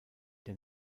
der